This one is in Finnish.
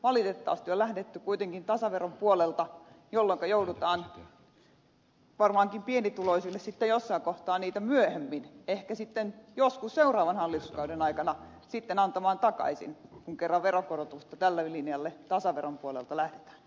valitettavasti on lähdetty kuitenkin tasaveron puolelta jolloinka joudutaan varmaankin pienituloisille sitten jossain kohtaa niitä myöhemmin ehkä sitten joskus seuraavan hallituskauden aikana antamaan takaisin kun kerran veronkorotuksessa tälle linjalle tasaveron puolelta lähdetään